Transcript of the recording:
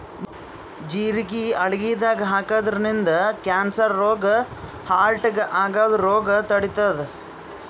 ಜಿರಗಿ ಅಡಗಿದಾಗ್ ಹಾಕಿದ್ರಿನ್ದ ಕ್ಯಾನ್ಸರ್ ರೋಗ್ ಹಾರ್ಟ್ಗಾ ಆಗದ್ದ್ ರೋಗ್ ತಡಿತಾದ್